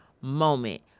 moment